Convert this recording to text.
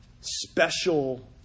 special